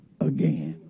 again